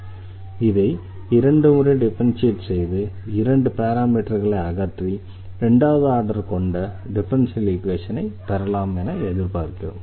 எனவே இதை இரண்டு முறை டிஃபரன்ஷியேட் செய்து இரண்டு பாராமீட்டர்களை அகற்றி 2 வது ஆர்டர் கொண்ட டிஃபரன்ஷியல் ஈக்வேஷனை பெறலாம் என எதிர்பார்க்கிறோம்